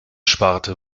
sparte